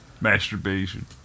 Masturbation